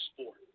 sport